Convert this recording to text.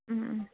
ꯎꯝ ꯎꯝ